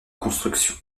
construction